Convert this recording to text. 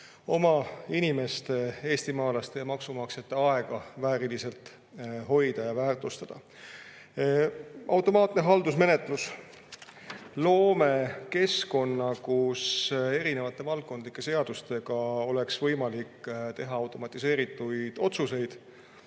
oma inimeste, eestimaalaste ja maksumaksjate aega vääriliselt hoida ja väärtustada. Automaatne haldusmenetlus. Loome keskkonna, kus erinevate valdkondlike seaduste [põhjal] oleks võimalik teha automatiseeritud otsuseid